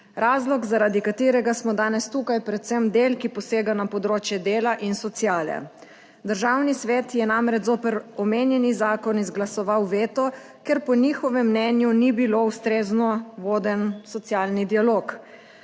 Razlog zaradi katerega smo danes tukaj, predvsem del, ki posega na področje dela in sociale. Državni svet je namreč zoper omenjeni zakon izglasoval veto, ker po njihovem mnenju ni bilo ustrezno voden socialni dialog.